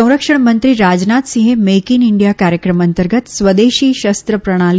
સંરક્ષણ મંત્રી રાજનાથસિંહે મેઇક ઇન ઇન્ડિયા કાર્યક્રમ અંતર્ગત સ્વદેશી શસ્ત્ર પ્રણાલી